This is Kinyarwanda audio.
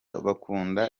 bakunda